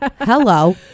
Hello